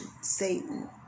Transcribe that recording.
Satan